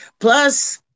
Plus